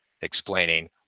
explaining